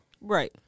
Right